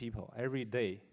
people every day